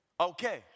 okay